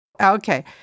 Okay